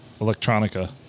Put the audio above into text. electronica